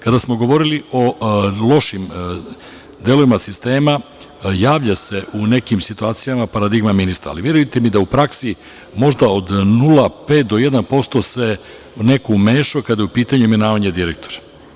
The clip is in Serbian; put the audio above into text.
Kada smo govorili o lošim delovima sistema, javlja se u nekim situacijama paradigma ministra, ali verujte mi da u praksi možda od 0,5 do 1% se neko umešao kada je u pitanju imenovanja direktora.